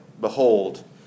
Behold